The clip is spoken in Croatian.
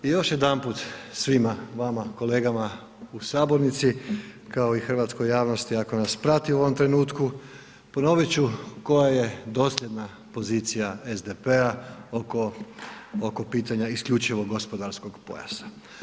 I još jedanput svima vama kolegama u sabornici kao i hrvatskoj javnosti ako nas prati u ovom trenutku ponoviti ću koja je dosljedna pozicija SDP-a oko pitanja isključivog gospodarskog pojasa.